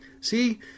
See